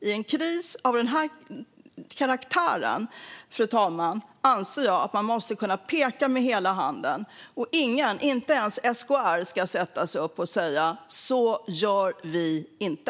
I en kris av den här karaktären anser jag att man måste peka med hela handen. Ingen, inte ens SKR, ska kunna säga: Så gör vi inte.